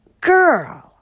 girl